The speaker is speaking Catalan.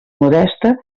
modesta